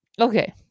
Okay